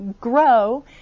grow